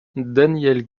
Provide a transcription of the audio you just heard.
daniel